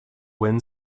win